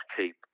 keep